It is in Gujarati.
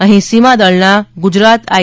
અહીં સીમાદળના ગુજરાત આઈ